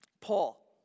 Paul